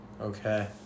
Okay